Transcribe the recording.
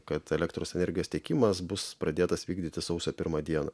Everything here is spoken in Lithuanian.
kad elektros energijos tiekimas bus pradėtas vykdyti sausio pirmą dieną